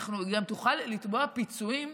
אלא היא גם תוכל לתבוע פיצויים.